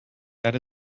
that